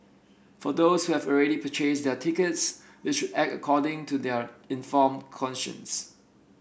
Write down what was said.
for those who have already purchased their tickets they should act according to their informed conscience